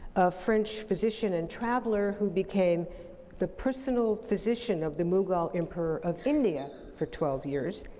a french physician and traveler who became the personal physician of the mughal emperor of india for twelve years.